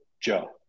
Joe